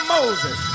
Moses